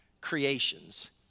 creations